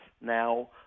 now